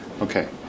Okay